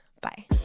bye